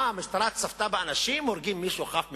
המשטרה צפתה באנשים הורגים מישהו חף מפשע?